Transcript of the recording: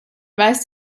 weist